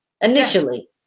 initially